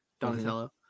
Donatello